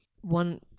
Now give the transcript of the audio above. one